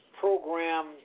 program